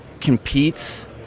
competes